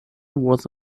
was